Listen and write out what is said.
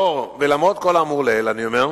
למרות כל האמור לעיל, אני אומר,